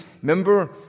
remember